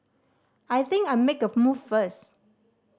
I think I'll make a move first